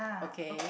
okay